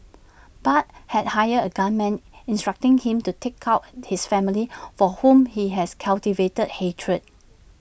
Bart had hired A gunman instructing him to take out his family for whom he has cultivated hatred